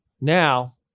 Now